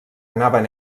anaven